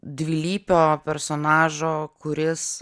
dvilypio personažo kuris